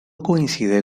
coincide